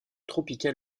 tropical